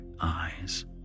eyes